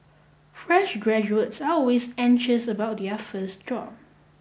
fresh graduates are always anxious about their first job